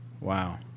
Wow